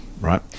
right